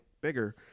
bigger